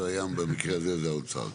והים במקרה הזה זה האוצר.